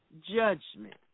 judgment